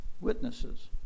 witnesses